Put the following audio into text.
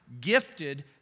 gifted